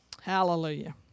Hallelujah